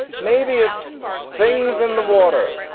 maybe it's things in the water,